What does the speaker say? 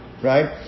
Right